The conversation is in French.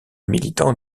militants